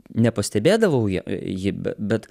nepastebėdavau jo jį be bet